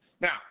Now